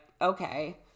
okay